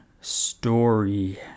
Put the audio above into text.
story